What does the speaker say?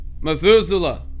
Methuselah